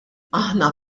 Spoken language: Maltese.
aħna